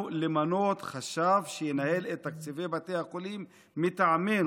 למנות חשב שינהל את תקציבי בתי החולים מטעמנו,